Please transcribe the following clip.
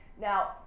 Now